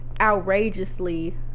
outrageously